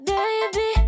Baby